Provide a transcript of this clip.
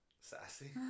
Sassy